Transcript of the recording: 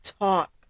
talk